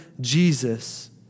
Jesus